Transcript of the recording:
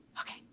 Okay